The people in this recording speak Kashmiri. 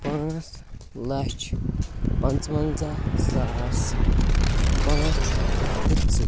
پانٛژھ لَچھ پنٛژوَنٛزَہ ساس پانٛژھ ہَتھ تہٕ پٕنٛژٕہ